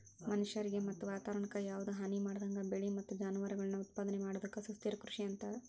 ಮನಷ್ಯಾರಿಗೆ ಮತ್ತ ವಾತವರಣಕ್ಕ ಯಾವದ ಹಾನಿಮಾಡದಂಗ ಬೆಳಿ ಮತ್ತ ಜಾನುವಾರಗಳನ್ನ ಉತ್ಪಾದನೆ ಮಾಡೋದಕ್ಕ ಸುಸ್ಥಿರ ಕೃಷಿ ಅಂತಾರ